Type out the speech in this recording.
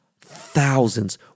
thousands